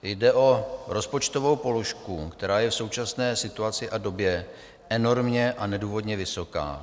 Jde o rozpočtovou položku, která je v současné situaci a době enormně a nedůvodně vysoká.